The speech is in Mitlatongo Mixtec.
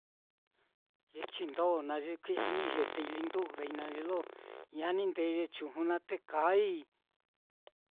Ye chindo naá ye kui'ya ni yetei lindu'vei naá, ye lo ñanindēē ye chuju naá te kaai.